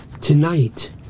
tonight